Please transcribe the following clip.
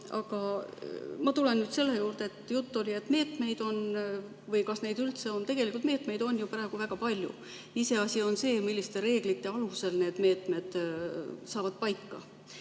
asi. Aga ma tulen nüüd selle juurde, et juttu oli meetmetest ja sellest, kas neid üldse on. Tegelikult meetmeid on ju praegu väga palju. Iseasi on see, milliste reeglite alusel need meetmed saavad paika.